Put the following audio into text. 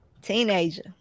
Teenager